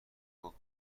گفت